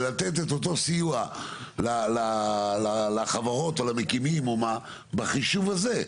אלא לתת את אותו סיוע לחברות או למקימים בחישוב הזה,